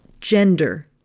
gender